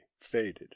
faded